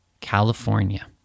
California